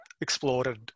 explored